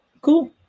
cool